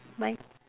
mi~